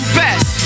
best